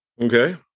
Okay